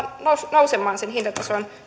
nousemaan sen hintatason